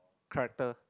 character